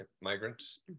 migrants